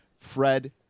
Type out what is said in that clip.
fred